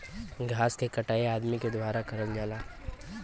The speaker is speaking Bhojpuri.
घास के कटाई अदमी के द्वारा करल जाला